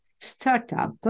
startup